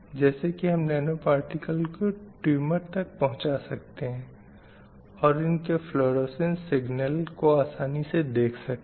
जैसे की हम नैनो पार्टिकल को टूमर तक पहुँचा सकते हैं और इनके फलुओरोसेन्स सिग्नल को आसानी से देख सकते हैं